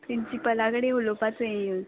प्रिंसिपला कडे उलोवपा तुंवें येवन